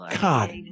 God